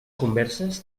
converses